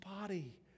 body